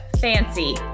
Fancy